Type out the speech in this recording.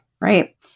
right